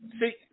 See